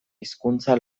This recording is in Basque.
hizkuntza